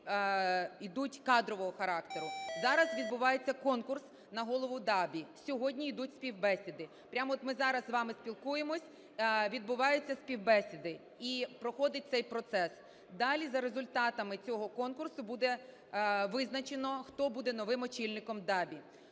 йдуть кадрового характеру. Зараз відбувається конкурс на голову ДАБІ. Сьогодні йдуть співбесіди. Прямо от ми зараз з вами спілкуємося, відбуваються співбесіди, і проходить цей процес. Далі за результатами цього конкурсу буде визначено, хто буде новим очільником ДАБІ.